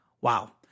wow